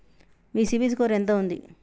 మీ CIBIL score ఎంత ఉంది?